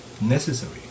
necessary